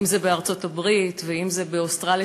אם זה בארצות-הברית ואם זה באוסטרליה,